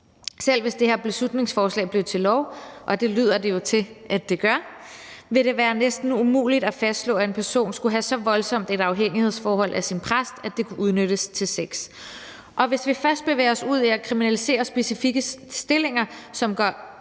Selv hvis det her beslutningsforslag blev til lov – og det lyder det jo til at det gør – vil det være næsten umuligt at fastslå, at en person skulle have så voldsomt et afhængighedsforhold til sin præst, at det kunne udnyttes til sex. Hvis vi først bevæger os ud i at kriminalisere specifikke stillinger, som går